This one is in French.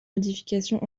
modifications